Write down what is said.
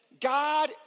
God